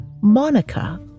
Monica